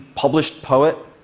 published poet,